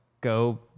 go